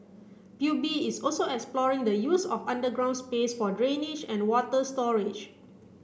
P U B is also exploring the use of underground space for drainage and water storage